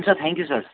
हुन्छ thank you sir